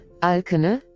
alkene